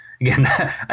again